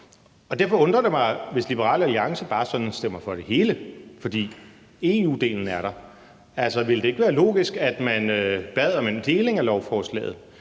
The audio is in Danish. og derfor undrer det mig, hvis Liberal Alliance sådan bare stemmer for det hele. For EU-delen er der, men ville det ikke være logisk, at man bad om en deling af lovforslaget,